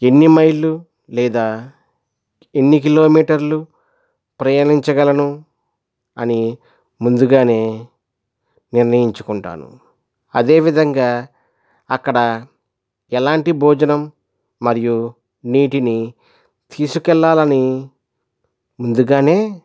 ఎన్ని మైళ్ళు లేదా ఎన్ని కిలోమీటర్లు ప్రయాణించగలను అని ముందుగానే నిర్ణయించుకుంటాను అదేవిధంగా అక్కడ ఎలాంటి భోజనం మరియు నీటిని తీసుకెళ్ళాలని ముందుగానే